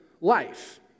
life